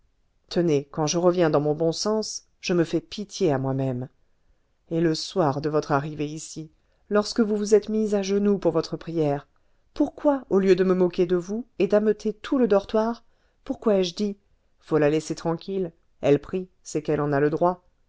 tenez quand je reviens dans mon bon sens je me fais pitié à moi-même et le soir de votre arrivée ici lorsque vous vous êtes mise à genoux pour votre prière pourquoi au lieu de me moquer de vous et d'ameuter tout le dortoir pourquoi ai-je dit faut la laisser tranquille elle prie c'est qu'elle en a le droit